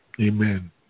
amen